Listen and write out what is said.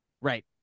Right